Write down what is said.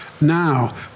Now